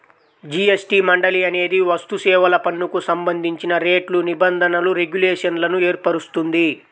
GST మండలి అనేది వస్తుసేవల పన్నుకు సంబంధించిన రేట్లు, నిబంధనలు, రెగ్యులేషన్లను ఏర్పరుస్తుంది